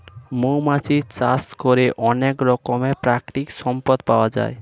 মৌমাছি চাষ করে অনেক রকমের প্রাকৃতিক সম্পদ পাওয়া যায়